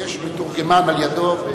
יש מתורגמן לידו.